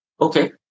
Okay